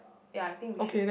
ya I think we should